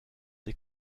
des